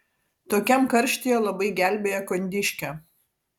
tokiam karštyje labai gelbėja kondiškė